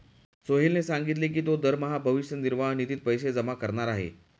सोहेलने सांगितले की तो दरमहा भविष्य निर्वाह निधीत पैसे जमा करणार आहे